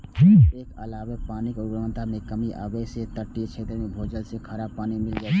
एकर अलावे पानिक गुणवत्ता मे कमी आबै छै आ तटीय क्षेत्र मे भूजल मे खारा पानि मिल जाए छै